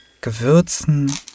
Gewürzen